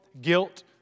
guilt